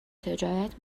تجارت